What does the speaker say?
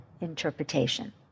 interpretation